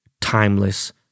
timeless